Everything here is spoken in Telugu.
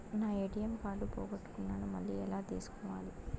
నా ఎ.టి.ఎం కార్డు పోగొట్టుకున్నాను, మళ్ళీ ఎలా తీసుకోవాలి?